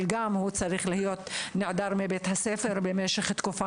אבל הוא צריך להיות נעדר מבית הספר במשך תקופה